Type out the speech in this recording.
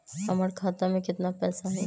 हमर खाता में केतना पैसा हई?